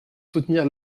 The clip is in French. soutenir